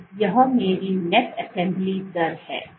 तो यह मेरी नेट असेंबली दर है